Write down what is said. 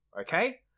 Okay